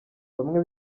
bamwe